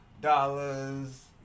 Dollars